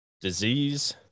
disease